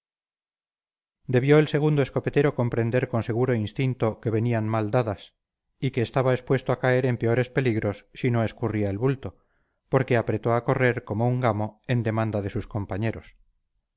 debió el segundo escopetero comprender con seguro instinto que venían mal dadas y que estaba expuesto a caer en peores peligros si no escurría el bulto porque apretó a correr como un gamo en demanda de sus compañeros